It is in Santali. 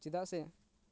ᱪᱮᱫᱟᱜ ᱥᱮ